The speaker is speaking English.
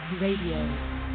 Radio